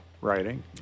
writing